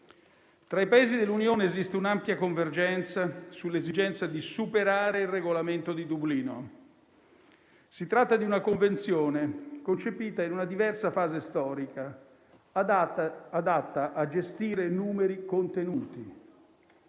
Tra i Paesi dell'Unione esiste un'ampia convergenza sull'esigenza di superare il Regolamento di Dublino. Si tratta di una convenzione concepita in una diversa fase storica, adatta a gestire numeri contenuti.